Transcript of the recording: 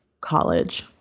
college